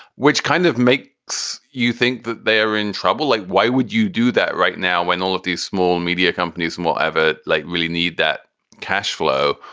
which kind of makes you think that they are in trouble. like, why would you do that right now when all of these small media companies will ever like really need that cash flow?